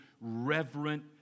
reverent